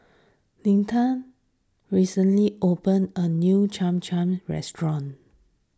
Leonta recently opened a new Cham Cham restaurant